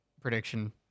prediction